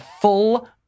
full